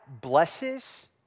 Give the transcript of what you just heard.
blesses